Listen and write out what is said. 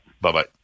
Bye-bye